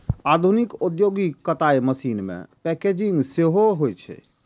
आधुनिक औद्योगिक कताइ मशीन मे पैकेजिंग सेहो होइ छै